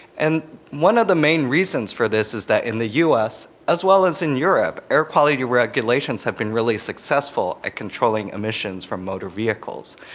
and one of the main reasons for this is that in the us, as well as in europe, air quality regulations have been really successful at controlling emissions from motor vehicles.